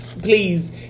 Please